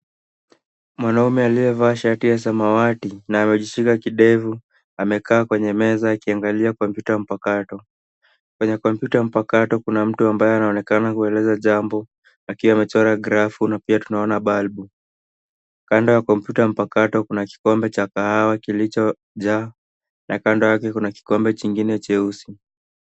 Mwanaume aliyevaa shati la samawati na amejishika kidevu. Amekaa kwenye meza akiangalia kompyuta mpakato. Kwenye kompyuta mpakato kuna mtu anaonekana kueleza jambo akiwa amechora grafu na pia tunaona balbu. Kando ya kompyuta mpakato kuna kikombe cha kahawa kilichojaa na kando yake kuna kikombe chingine cheusi.